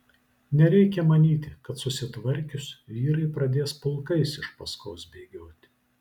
nereikia manyti kad susitvarkius vyrai pradės pulkais iš paskos bėgioti